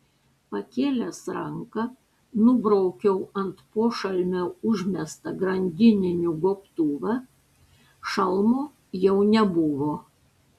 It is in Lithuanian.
pakėlęs ranką nubraukiau ant pošalmio užmestą grandininių gobtuvą šalmo jau nebuvo